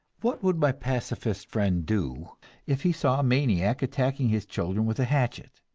what would my pacifist friend do if he saw a maniac attacking his children with a hatchet?